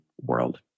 world